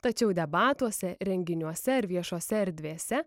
tačiau debatuose renginiuose ir viešose erdvėse